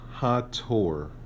Hator